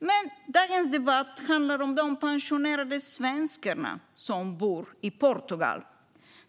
Men dagens debatt handlar om de pensionerade svenskar som bor i Portugal.